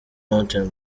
mountain